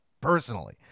personally